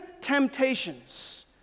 temptations